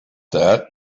that